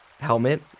helmet